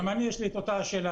גם אני יש לי את אותה שאלה.